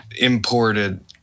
imported